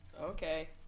Okay